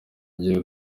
gihe